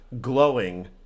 glowing